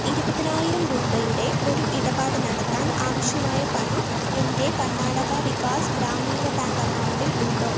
ഇരുപതിനായിരം രൂപയുടെ ഒരു ഇടപാട് നടത്താൻ ആവശ്യമായ പണം എൻ്റെ കർണാടക വികാസ് ഗ്രാമീണ ബാങ്ക് അക്കൗണ്ടിൽ ഉണ്ടോ